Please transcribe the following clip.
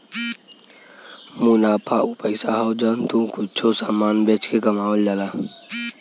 मुनाफा उ पइसा हौ जौन तू कुच्छों समान बेच के कमावल जाला